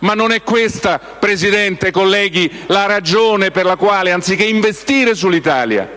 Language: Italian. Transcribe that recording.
Ma non è questa, Presidente e colleghi, la ragione per la quale, anziché investire sull'Italia,